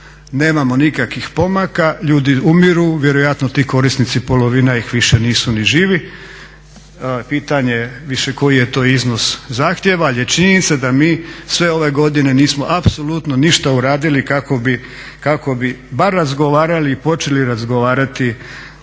nemamo nikakvih pomaka, ljudi umiru, vjerojatno ti korisnici polovina ih više nisu ni živi pitanje je više koji je to iznos zahtjeva ali je činjenica da mi sve ove godine nismo apsolutno ništa uradili kako bi bar razgovarali i počeli razgovarati